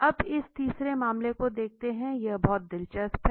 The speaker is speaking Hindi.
अब इस तीसरे मामले को देखते हैं यह बहुत दिलचस्प है